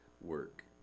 work